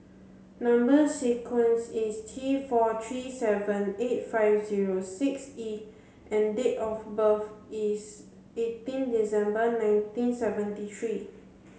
number sequence is T four three seven eight five zero six E and date of birth is eighteen December nineteen seventy three